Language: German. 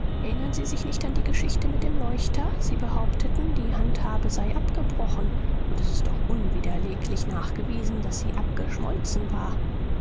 erinnern sie sich nicht an die geschichte mit dem leuchter sie behaupteten die handhabe sei abgebrochen und es ist doch unwiderleglich nachgewiesen daß sie abgeschmolzen war